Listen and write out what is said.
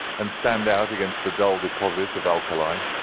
and stand out against the dull deposit of alkali.